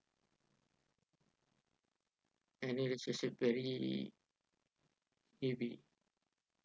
any relationship very heavy